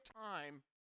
time